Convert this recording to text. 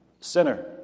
Sinner